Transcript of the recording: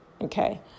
Okay